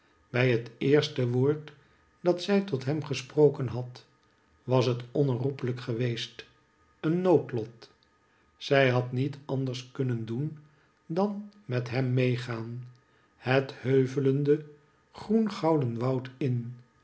bij het eerste woord dat zij tot hem gesproken had was het onherroepelijk geweest een noodlot zij had niet anders kunnen doen dan met hem meegaan het heuvelende groengouden woud in